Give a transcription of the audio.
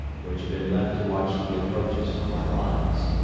which had been left to watch the approaches from our lines.